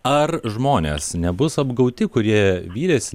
ar žmonės nebus apgauti kurie vylėsi